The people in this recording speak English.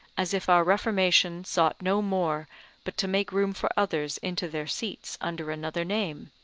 as if our reformation sought no more but to make room for others into their seats under another name,